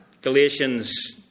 Galatians